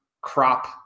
crop